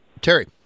Terry